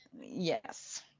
Yes